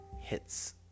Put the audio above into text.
hits